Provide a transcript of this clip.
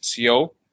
CO